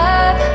up